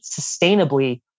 sustainably